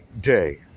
day